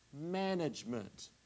management